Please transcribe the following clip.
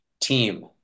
Team